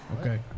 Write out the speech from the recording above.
Okay